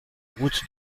route